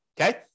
okay